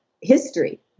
history